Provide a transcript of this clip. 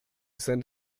send